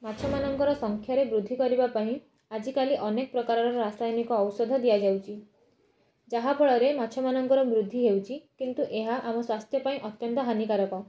ମାଛ ମାନଙ୍କର ସଂଖ୍ୟାରେ ବୃଦ୍ଧି କରିବା ପାଇଁ ଆଜିକାଲି ଅନେକ ପ୍ରକାରର ରାସାୟନିକ ଔଷଧ ଦିଆଯାଉଛି ଯାହାଫଳରେ ମାଛ ମାନଙ୍କର ବୃଦ୍ଧି ହେଉଛି କିନ୍ତୁ ଏହା ଆମ ସ୍ୱାସ୍ଥ୍ୟ ପାଇଁ ଅତ୍ୟନ୍ତ ହାନିକାରକ